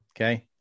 okay